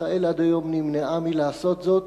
ישראל עד היום נמנעה מלעשות זאת